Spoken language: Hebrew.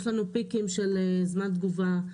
יש פיקים של זמן תגובה.